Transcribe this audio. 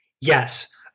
Yes